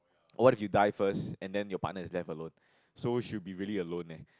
what if you die first and then your partner is left alone so she will be really alone leh